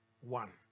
one